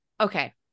Okay